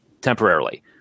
Temporarily